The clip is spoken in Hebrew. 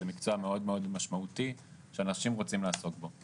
זה מקצוע מאוד משמעותי שאנשים רוצים לעסוק בו.